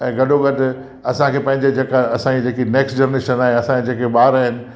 ऐं गॾो गॾु असांखे पंहिंजे जेका असांजी जेकी नैक्स्ट जनरेशन असांजा जेके ॿार आहिनि